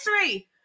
history